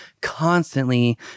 constantly